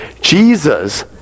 Jesus